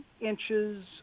inches